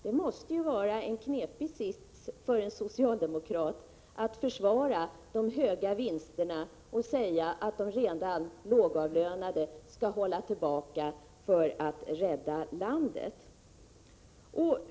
Det måste ju vara en knepig sits för en socialdemokrat att försvara de höga vinsterna och säga att de redan lågavlönade skall hålla tillbaka sina krav för att rädda landet.